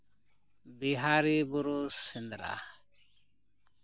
ᱵᱤᱦᱟᱨᱤ ᱵᱩᱨᱩ ᱥᱮᱸᱫᱽᱨᱟ